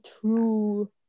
true